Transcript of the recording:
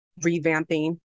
revamping